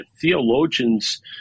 theologians